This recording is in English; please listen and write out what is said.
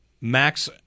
Max